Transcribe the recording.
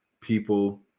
people